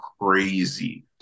crazy